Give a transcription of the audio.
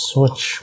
Switch